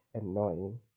annoying